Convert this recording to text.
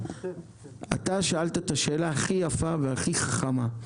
אתה שאלת את השאלה הכי יפה והכי חכמה,